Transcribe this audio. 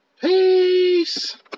Peace